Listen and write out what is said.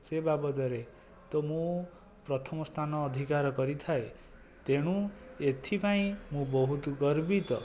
ସେ ବାବଦରେ ତ ମୁଁ ପ୍ରଥମ ସ୍ଥାନ ଅଧିକାର କରିଥାଏ ତେଣୁ ଏଥିପାଇଁ ମୁଁ ବହୁତ ଗର୍ବିତ